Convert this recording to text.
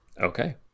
Okay